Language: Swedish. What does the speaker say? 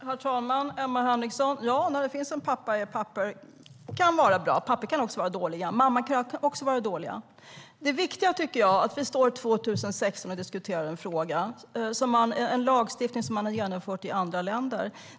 Herr talman! Emma Henriksson! Ja, pappor kan vara bra men de kan också vara dåliga. Mammor kan också vara dåliga. Det viktiga tycker jag är att vi står här 2016 och diskuterar en lagstiftning som man har genomfört i andra länder.